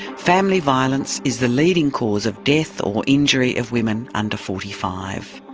family violence is the leading cause of death or injury of women under forty five.